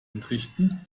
entrichten